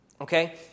okay